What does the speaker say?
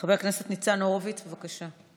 חבר הכנסת ניצן הורוביץ, בבקשה.